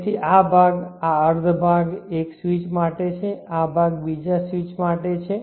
તેથી આ ભાગ આ અર્ધ ભાગ એક સ્વીચ માટે છે આ ભાગ બીજા સ્વીચ માટે છે